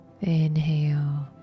Inhale